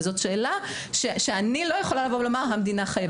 וזאת שאלה שאני לא יכולה לבוא ולומר: המדינה חייבת.